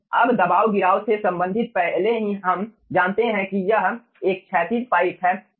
अब दबाव गिराव से संबंधित पहले से ही हम जानते हैं कि यह एक क्षैतिज पाइप है